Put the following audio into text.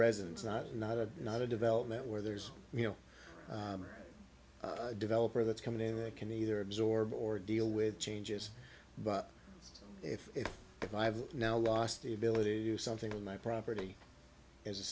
residence not not a not a development where there's you know developer that's coming in that can either absorb or deal with changes but if if if i've now lost the ability to do something with my property as a